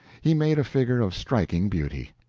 he made a figure of striking beauty.